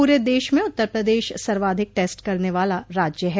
पूरे देश में उत्तर प्रदेश सर्वाधिक टेस्ट करने वाला राज्य है